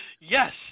Yes